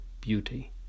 beauty